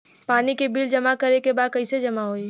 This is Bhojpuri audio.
पानी के बिल जमा करे के बा कैसे जमा होई?